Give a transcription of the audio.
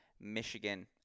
michigan